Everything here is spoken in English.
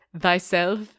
thyself